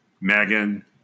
Megan